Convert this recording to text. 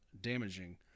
damaging